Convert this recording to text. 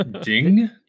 Ding